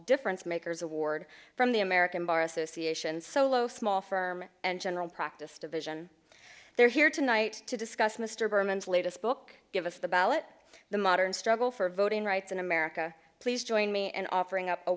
difference makers award from the american bar association solo small firm and general practice division they're here tonight to discuss mr berman's latest book give us the ballot the modern struggle for voting rights in america please join me and offering up a